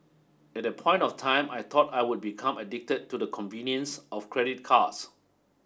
at that point of time I thought I would become addicted to the convenience of credit cards